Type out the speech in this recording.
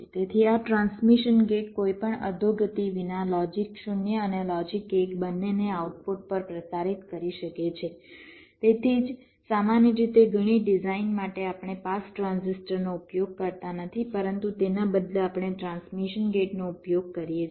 તેથી આ transmission gate કોઈપણ અધોગતિ વિના લોજિક 0 અને લોજિક 1 બંનેને આઉટપુટ પર પ્રસારિત કરી શકે છે તેથી જ સામાન્ય રીતે ઘણી ડિઝાઇન માટે આપણે પાસ ટ્રાન્ઝિસ્ટરનો ઉપયોગ કરતા નથી પરંતુ તેના બદલે આપણે ટ્રાન્સમિશન ગેટનો ઉપયોગ કરીએ છીએ